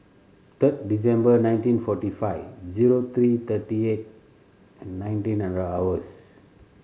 third December nineteen forty five zero three thirty eight and nineteen hundred hours